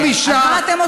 אז מה אתם עושים פה?